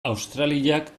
australiak